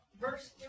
verse